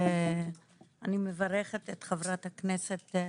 אני מברכת את חברת הכנסת פנינה,